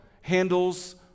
handles